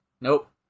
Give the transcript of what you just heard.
Nope